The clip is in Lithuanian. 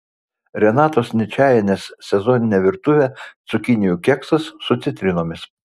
renatos ničajienės sezoninė virtuvė cukinijų keksas su citrinomis